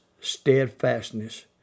steadfastness